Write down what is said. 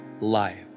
life